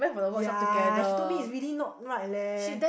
ya she told me is really not right leh